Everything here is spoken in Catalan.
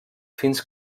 fins